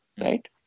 right